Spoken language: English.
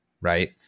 right